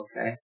okay